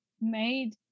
made